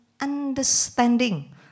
understanding